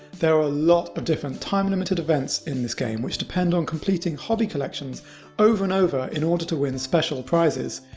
there are a lot of different time-limited events in this game which depend on completing hobby collections over and over in order to win special prizes.